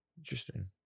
Interesting